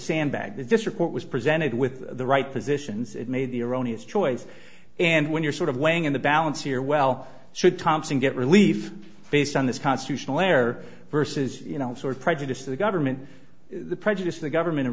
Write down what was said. this report was presented with the right positions it made the erroneous choice and when you're sort of weighing in the balance here well should thompson get relief based on this constitutional air versus you know sort of prejudice the government the prejudice the government a